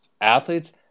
athletes